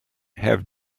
have